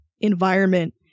Environment